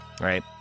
Right